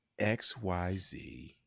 xyz